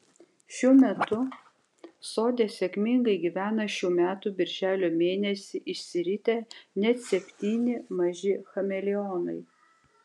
šiuo metu sode sėkmingai gyvena šių metų birželio mėnesį išsiritę net septyni maži chameleonai